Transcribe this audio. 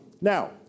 now